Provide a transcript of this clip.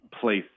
place